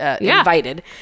invited